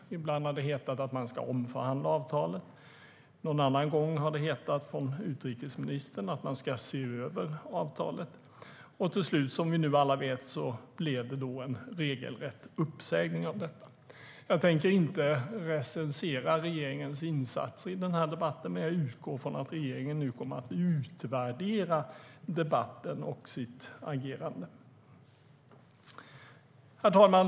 Ibland har det hetat att man ska omförhandla avtalet. Någon annan gång har det hetat från utrikesministern att man ska se över avtalet. Till slut blev det en regelrätt uppsägning av avtalet, som vi nu alla vet. Jag tänker inte recensera regeringens insatser i den här debatten, men jag utgår från att regeringen nu kommer att utvärdera debatten och sitt agerande. Herr talman!